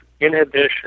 inhibition